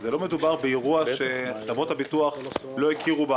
נאמר כבר שבכל הקשור לאירוע חירום אזרחי הרי